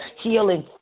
healing